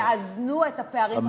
שיאזנו את הפערים בחברה,